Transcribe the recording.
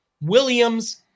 Williams